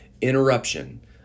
interruption